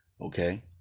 okay